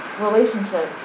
relationship